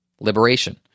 liberation